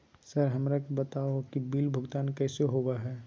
Sir हमरा के बता हो कि बिल भुगतान कैसे होबो है?